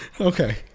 okay